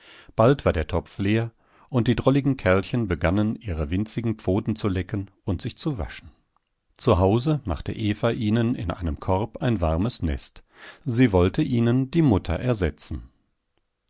bald war der topf leer und die drolligen kerlchen begannen ihre winzigen pfoten zu lecken und sich zu waschen zuhause machte eva ihnen in einem korb ein warmes nest sie wollte ihnen die mutter ersetzen